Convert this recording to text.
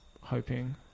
hoping